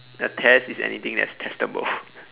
a test is anything that's testable